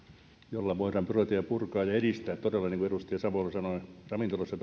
jolla voidaan byrokratiaa purkaa ja edistää todella niin kuin edustaja savola sanoi ravintolassa